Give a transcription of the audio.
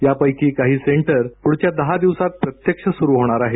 यापैकी काही सेंटर पूढच्या दहा दिवसात प्रत्यक्ष सुरू होणार आहेत